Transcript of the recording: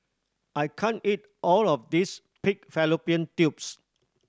I can't eat all of this pig fallopian tubes